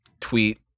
tweet